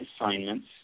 assignments